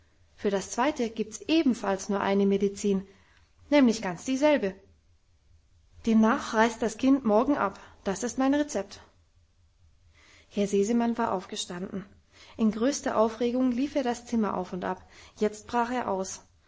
für das zweite gibt's ebenfalls nur eine medizin nämlich ganz dieselbe demnach reist das kind morgen ab das ist mein rezept herr sesemann war aufgestanden in größter aufregung lief er das zimmer auf und ab jetzt brach er aus